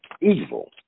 evil